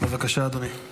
בבקשה, אדוני.